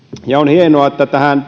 ja on hienoa että tähän